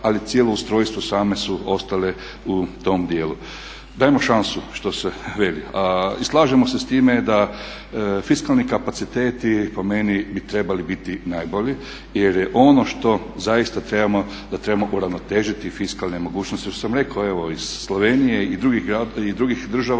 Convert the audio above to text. ali cijelo ustrojstvo same su ostale u tom djelu. Dajmo šansu što se veli. I slažemo se s time da fiskalni kapaciteti po meni bi trebali biti najbolji jer je ono što zaista trebamo da trebamo uravnotežiti fiskalne mogućnosti. I ono što sam rekao evo iz Slovenije i drugih država